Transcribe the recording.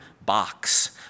box